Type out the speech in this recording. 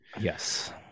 Yes